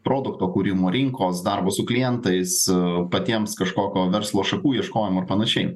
produkto kūrimo rinkos darbo su klientais patiems kažkokio verslo šakų ieškojimo ir panašiai